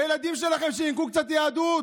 לילדים שלכם, שיינקו קצת יהדות.